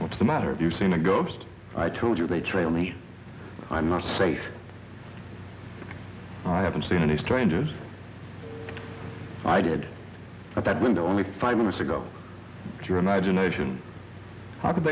what's the matter of you seen a ghost i told you they trail me i'm not safe i haven't seen any strangers i did that window only five minutes ago your imagination how could